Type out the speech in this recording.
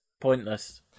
pointless